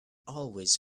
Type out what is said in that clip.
always